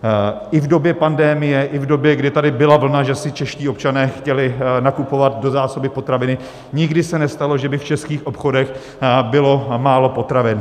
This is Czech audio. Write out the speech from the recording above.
I v době pandemie, i v době, kdy tady byla vlna, že si čeští občané chtěli nakupovat do zásoby potraviny, se nikdy nestalo, že by v českých obchodech bylo málo potravin.